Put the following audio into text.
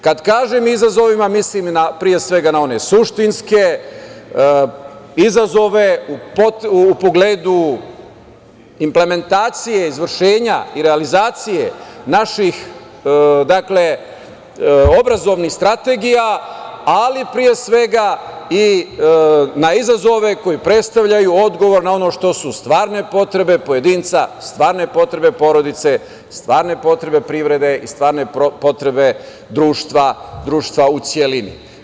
Kada kažem , izazovima, mislim na one suštinske izazove u pogledu implementacije izvršenja i realizacije naših obrazovnih strategija, ali pre svega na izazove koji predstavljaju odgovor na ono što su stvarne potrebe pojedinca, stvarne potrebe porodice, stvarne potrebe privrede i stvarne potrebe društva u celini.